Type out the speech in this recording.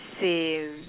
same